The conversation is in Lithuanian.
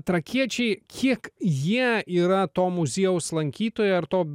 trakiečiai kiek jie yra to muziejaus lankytojai ar to